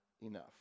enough